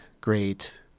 Great